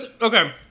Okay